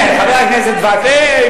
חבר הכנסת וקנין,